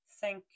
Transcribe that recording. Thank